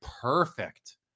perfect